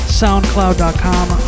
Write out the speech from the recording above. soundcloud.com